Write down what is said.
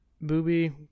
Booby